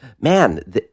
man